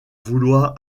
vouloir